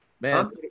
Man